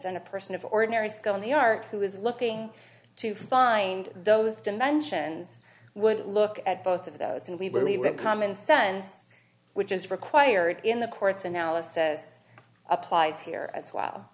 and a person of ordinary skill in the art who is looking to find those dimensions would look at both of those and we believe that common sense which is required in the court's analysis applies here as well